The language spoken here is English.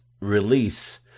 release